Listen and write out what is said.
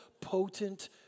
potent